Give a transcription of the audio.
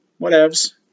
whatevs